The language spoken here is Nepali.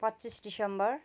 पच्चिस दिसम्बर